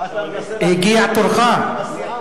הגיע תורך,